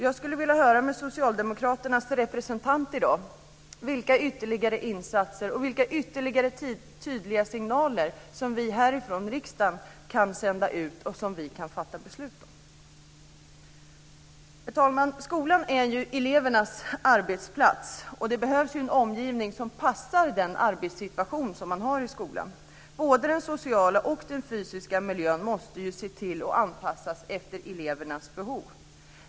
Jag skulle vilja höra med Socialdemokraternas representant vilka ytterligare insatser och vilka ytterligare tydliga signaler som riksdagen kan fatta beslut om. Herr talman! Skolan är elevernas arbetsplats. Det behövs en omgivning som passar den arbetssituation som man har i skolan. Både den sociala och den fysiska miljön måste anpassas efter elevernas behov.